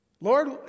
Lord